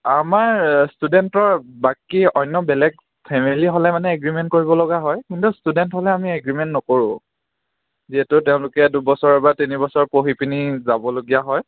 আমাৰ ষ্টুডেণ্টৰ বাকী অন্য বেলেগ ফেমিলী হ'লে মানে এগ্ৰিমেণ্ট কৰিব লগা হয় কিন্তু ষ্টুডেণ্ট হ'লে আমি এগ্ৰিমেণ্ট নকৰোঁ যিহেতু তেওঁলোকে দুবছৰ বা তিনিবছৰ পঢ়ি পিনি যাবলগীয়া হয়